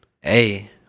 Hey